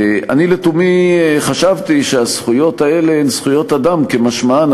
אני לתומי חשבתי שהזכויות האלה הן זכויות אדם כמשמען,